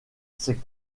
ses